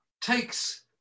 takes